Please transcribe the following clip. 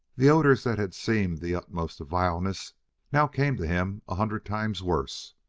the odors that had seemed the utmost of vileness now came to him a hundred times worse.